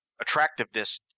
attractiveness